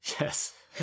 Yes